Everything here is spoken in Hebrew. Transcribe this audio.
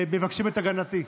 מבקשים את הגנתי,